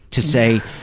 to say,